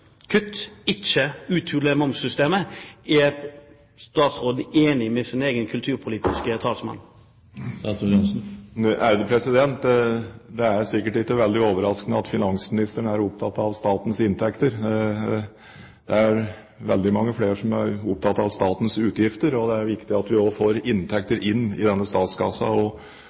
ikke uthuler momssystemet. Er statsråden enig med sin egen kulturpolitiske talskvinne? Det er sikkert ikke veldig overraskende at finansministeren er opptatt av statens inntekter. Det er veldig mange flere som er opptatt av statens utgifter. Det er viktig at vi får inntekter inn i statskassa,